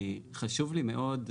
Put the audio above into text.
חשוב לי מאוד,